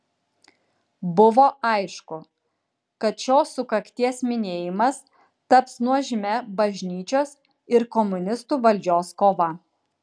buvo aišku kad šios sukakties minėjimas taps nuožmia bažnyčios ir komunistų valdžios kova